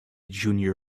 junior